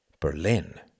Berlin